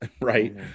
right